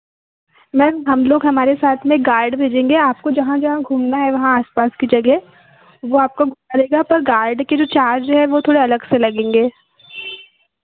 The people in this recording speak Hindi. मैम हम लोग हमारे साथ में गार्ड भेजेंगे आपको जहाँ जहाँ घूमना है वहाँ आस पास की जगह वो आपको घुमा देगा पर गार्ड के जो चार्ज हैं वह थोड़े अलग से लगेंगे